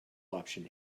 option